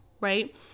right